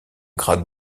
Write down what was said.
grade